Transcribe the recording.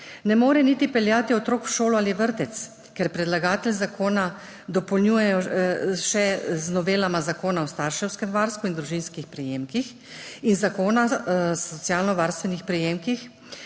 ne more niti peljati otrok v šolo ali vrtec, ker predlagatelj zakona dopolnjuje še z novelama Zakona o starševskem varstvu in družinskih prejemkih in Zakona o socialno varstvenih prejemkih,